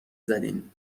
زدین